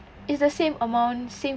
it's the same amount same